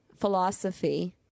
philosophy